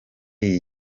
iyi